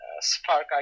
spark